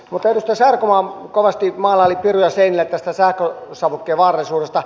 edustaja sarkomaa kovasti maalaili piruja seinille tästä sähkösavukkeen vaarallisuudesta